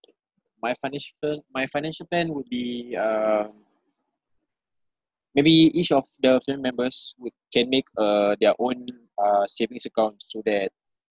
my financial my financial plan would be uh maybe each of the family members would can make uh their own uh savings account so that